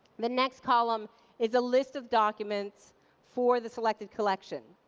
the next column is a list of documents for the selected collection.